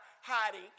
hiding